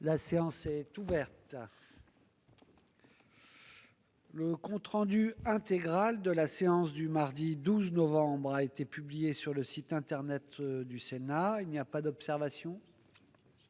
La séance est ouverte. Le compte rendu intégral de la séance du mercredi 6 novembre 2019 a été publié sur le site internet du Sénat. Il n'y a pas d'observation ?